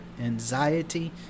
anxiety